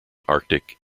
arctic